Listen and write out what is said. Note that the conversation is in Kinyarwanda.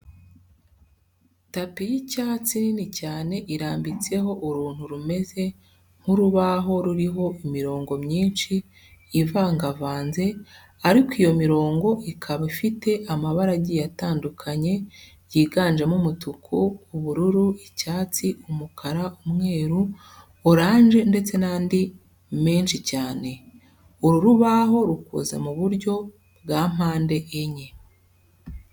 Tapi y'icyatsi nini cyane irambitseho uruntu rumeze nk'urubaho ruriho imirongo myinshi ivangavanze ariko iyo mirongo ikaba ifite amabara agiye atandukanye yiganjemo umutuku, ubururu, icyatsi, umukara, umweru, oranje ndetse n'andi menshi cyane. Uru rubaho rukoze mu buryo bwa mpande enye.